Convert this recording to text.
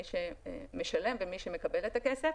מי שמשלם ומי שמקבל את הכסף.